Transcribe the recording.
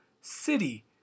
City